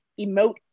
emote